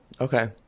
Okay